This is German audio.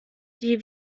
die